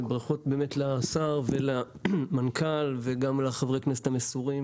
ברכות לשר, למנכ"ל ולחברי הכנסת המסורים.